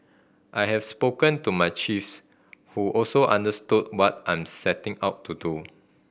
I have spoken to my chiefs who also understood what I'm setting out to do